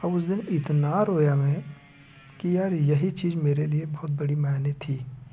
अब उस दिन इतना रोया मैं कि यार यही चीज मेरे लिए बहुत बड़ी मायने थी